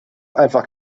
einfach